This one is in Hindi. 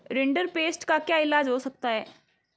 रिंडरपेस्ट का क्या इलाज हो सकता है